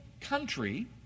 country